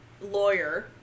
lawyer